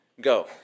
go